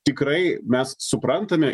tikrai mes suprantame